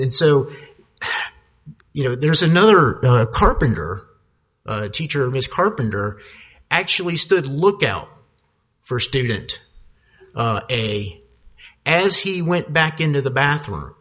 so you know there's another a carpenter a teacher ms carpenter actually stood lookout for student a as he went back into the bathroom